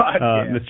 Mr